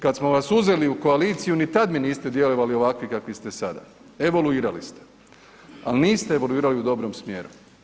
Kad smo vas uzeli u koaliciju ni tad mi niste djelovali ovakvi kakvi ste sada, evaluirali ste, ali niste evaluirali u dobrom smjeru.